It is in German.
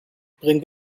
bring